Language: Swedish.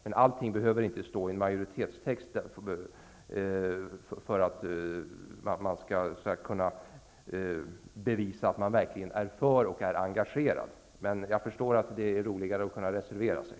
Men allting behöver inte stå i en majoritetstext för att man skall bevisa att man verkligen är för något och är engagerad. Jag förstår att det är roligare att kunna reservera sig.